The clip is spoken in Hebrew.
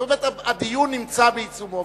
כלומר הדיון נמצא בעיצומו,